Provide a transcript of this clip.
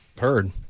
heard